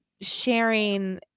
sharing